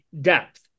depth